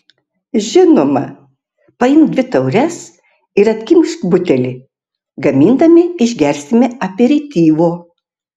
žinoma paimk dvi taures ir atkimšk butelį gamindami išgersime aperityvo